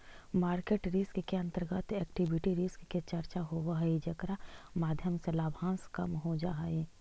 market risk के अंतर्गत equity risk के चर्चा होवऽ हई जेकरा माध्यम से लाभांश कम हो जा हई